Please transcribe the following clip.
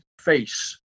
FACE